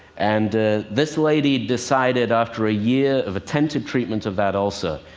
and this lady decided, after a year of attempted treatment of that ulcer,